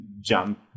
jump